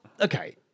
okay